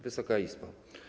Wysoka Izbo!